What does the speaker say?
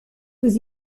was